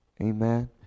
Amen